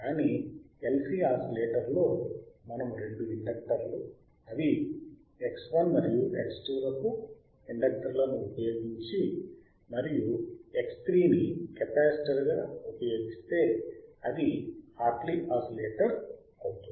కానీ LC oscillator లో మనము రెండు ఇండక్తర్లు అవి X1 మరియు X2 లకు ఇండక్తర్లను ఉపయోగించి మరియు X3 గా కెపాసిటర్ ని ఉపయోగిస్తే అది హార్ట్లీ ఆసిలేటర్ అవుతుంది